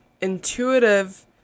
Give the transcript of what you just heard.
intuitive